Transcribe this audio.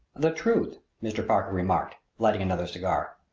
the truth! mr. parker remarked, lighting another cigar.